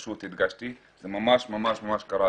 זה קרה ממש לאחרונה.